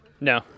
No